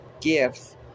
gifts